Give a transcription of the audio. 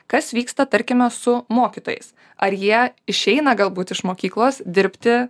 kas vyksta tarkime su mokytojais ar jie išeina galbūt iš mokyklos dirbti